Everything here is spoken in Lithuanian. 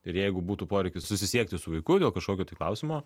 ir jeigu būtų poreikis susisiekti su vaiku dėl kažkokio tai klausimo